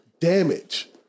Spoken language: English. damage